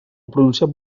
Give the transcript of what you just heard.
pronunciat